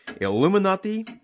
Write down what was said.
Illuminati